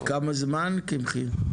כמה זמן קמחי?